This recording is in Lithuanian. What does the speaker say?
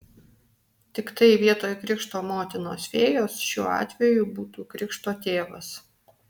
tiktai vietoj krikšto motinos fėjos šiuo atveju būtų krikšto tėvas